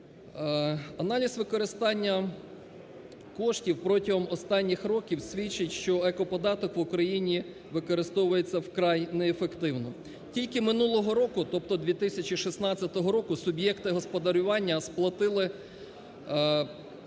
Аналіз використання коштів протягом останніх років свідчить, що екоподаток в Україні використовується вкрай неефективно. Тільки минулого року, тобто 2016 року суб'єкти господарювання сплатили близько